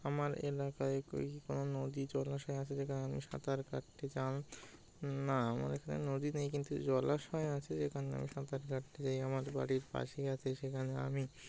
আমার এলাকায় কি কোনো নদী জলাশয় আছে যেখানে আমি সাঁতার কাটতে যান না আমার এখানে নদী নেই কিন্তু জলাশয় আছে যেখানে আমি সাঁতার কাটতে যাই আমার বাড়ির পাশেই আছে সেখানে আমি